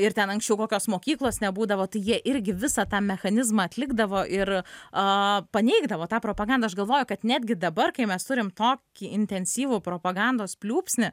ir ten anksčiau kokios mokyklos nebūdavo tai jie irgi visą tą mechanizmą atlikdavo ir aaa paneigdavo tą propagandą aš galvoju kad netgi dabar kai mes turim tokį intensyvų propagandos pliūpsnį